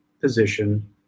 position